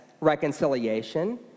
reconciliation